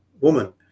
woman